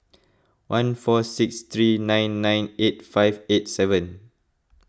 one four six three nine nine eight five eight seven